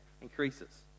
increases